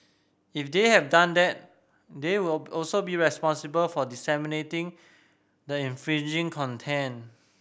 if they have done that they will also be responsible for disseminating the infringing content